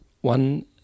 one